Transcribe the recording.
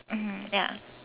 mmhmm ya